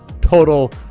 total